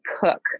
cook